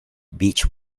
beech